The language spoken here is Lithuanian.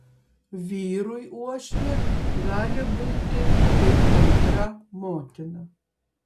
vyrui uošvė gali būti kaip antra motina